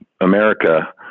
america